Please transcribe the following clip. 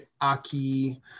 Aki